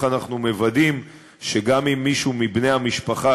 אנחנו מוודאים שגם אם מישהו מבני המשפחה,